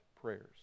prayers